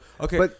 Okay